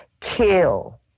kill